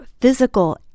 physical